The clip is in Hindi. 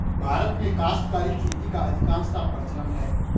भारत में काश्तकारी खेती का अधिकांशतः प्रचलन है